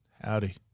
Howdy